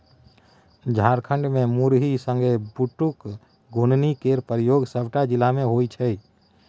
झारखंड मे मुरही संगे बुटक घुघनी केर प्रयोग सबटा जिला मे होइ छै